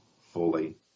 fully